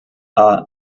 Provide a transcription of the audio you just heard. are